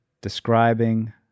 describing